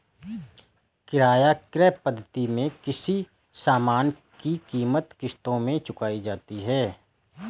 किराया क्रय पद्धति में किसी सामान की कीमत किश्तों में चुकाई जाती है